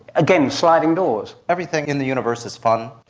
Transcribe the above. again, sliding doors. everything in the universe is fun.